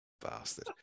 bastard